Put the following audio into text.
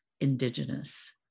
indigenous